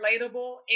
relatable